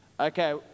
Okay